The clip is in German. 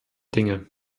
dinge